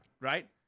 right